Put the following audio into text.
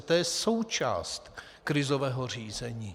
To je součást krizového řízení.